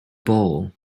ball